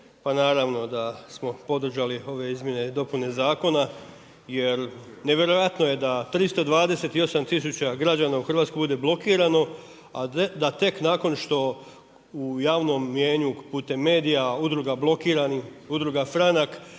pa naravno da smo podržali ove izmjene i dopune zakona jer nevjerojatno je da 328 tisuća građana u Hrvatskoj bude blokirano a da tek nakon što u javnom mijenju putem medija, Udruga Blokirani, Udruga Franak,